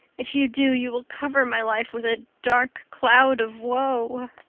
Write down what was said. if you do you will cover my life with a dark cloud of woe.